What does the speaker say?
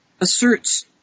asserts